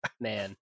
man